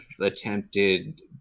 attempted